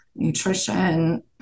nutrition